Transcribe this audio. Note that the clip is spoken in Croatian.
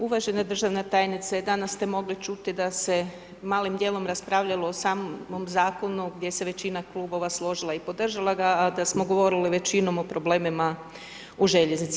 Uvažena državna tajnice, danas ste mogli čuti da se malim djelom raspravljalo samom zakonu gdje se većina klubova složila i podržala a da smo govorili većinom o problemima u željeznici.